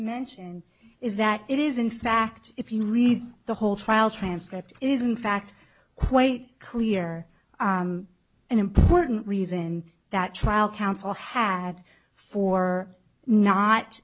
mention is that it is in fact if you read the whole trial transcript is in fact quite clear an important reason that trial counsel had for not